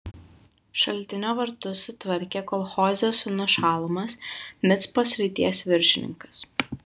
šaltinio vartus sutvarkė kol hozės sūnus šalumas micpos srities viršininkas